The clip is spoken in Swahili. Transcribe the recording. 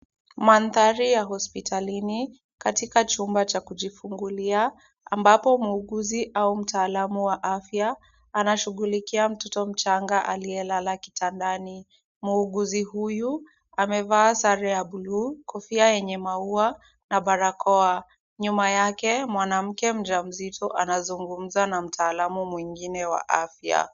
Mandhari ya hospitalini katika chumba cha kujifungulia, ambapo muuguzi au mtaalamu wa afya, anamshughulikia mtoto mchanga aliyelala kitandani. Muuguzi huyu amevaa sare ya buluu, kofia yenye maua na barakoa. Nyuma yake mwanamke mjamzito anazungumza na mtaalamu mwingine wa afya.